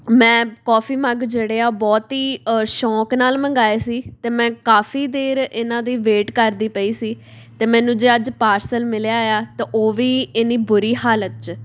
ਮੈਂ coffee mug ਜਿਹੜੇ ਆ ਉਹ ਬਹੁਤ ਹੀ ਸ਼ੌਂਕ ਨਾਲ ਮੰਗਵਾਏ ਸੀ ਅਤੇ ਮੈਂ ਕਾਫ਼ੀ ਦੇਰ ਇਹਨਾਂ ਦੀ ਵੇਟ ਕਰਦੀ ਪਈ ਸੀ ਅਤੇ ਮੈਨੂੰ ਤਾਂ ਅੱਜ ਪਾਰਸਲ ਮਿਲਿਆ ਆ ਤਾਂ ਉਹ ਵੀ ਇੰਨੀ ਬੁਰੀ ਹਾਲਤ 'ਚ